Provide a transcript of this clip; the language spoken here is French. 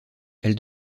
elle